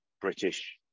British